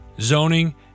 zoning